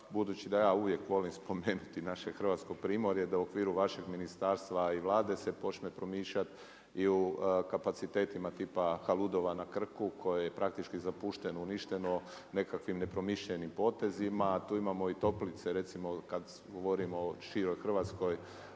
budući da ja uvijek volim spomenuti naše Hrvatsko primorje da u okviru vašeg ministarstva i Vlade se počne promišljati i u kapacitetima tipa Haludova na Krku koji je praktički zapušteno, uništeno nekakvim nepromišljenim potezima. Tu imamo i toplice, recimo kada govorimo o široj Hrvatskoj